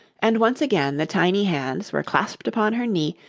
and once again the tiny hands were clasped upon her knee,